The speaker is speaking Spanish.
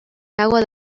lago